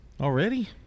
Already